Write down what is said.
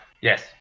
Yes